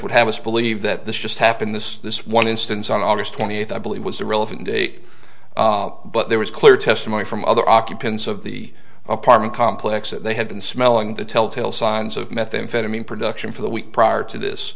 would have us believe that this just happened this this one instance on august twenty eighth i believe was the relevant date but there was clear testimony from other occupants of the apartment complex that they had been smelling the telltale signs of methamphetamine production for the week prior to this